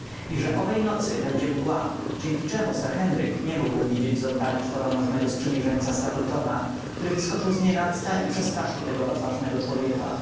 i że owej nocy będzie mgła dzięki czemu sir henryk nie mógł widzieć z oddali czworonożnego sprzymierzeńca stapletona który wyskoczył znienacka i przestraszył tego odważnego człowieka